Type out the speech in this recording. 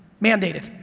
mandated,